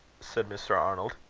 said mr. arnold.